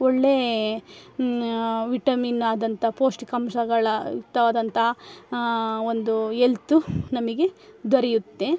ಒಳ್ಳೇ ವಿಟಮಿನ್ ಆದಂಥ ಪೌಷ್ಟಿಕಾಂಶಗಳ ಯುಕ್ತವಾದಂತಹ ಒಂದು ಎಲ್ತು ನಮಗೆ ದೊರೆಯುತ್ತೆ